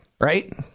Right